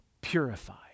purified